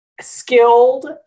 skilled